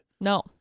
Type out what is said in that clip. No